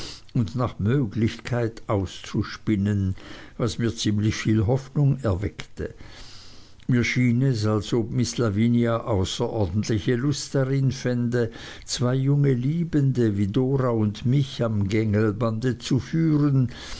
und nach möglichkeit auszuspinnen was mir ziemlich viel hoffnung erweckte mir schien es als ob miß lavinia außerordentliche lust darin fände zwei junge liebende wie dora und mich am gängelbande zu führen